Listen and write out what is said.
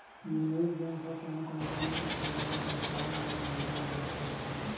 निवेस बेंक ह कोनो कंपनी के सेयर ल बेचवाय म घलो मदद करथे